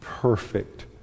Perfect